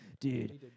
dude